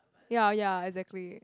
ya ya exactly